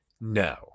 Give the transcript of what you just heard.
No